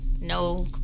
no